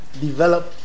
develop